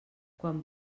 quan